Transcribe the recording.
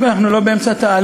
קודם כול, אנחנו לא באמצע תהליך.